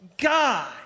God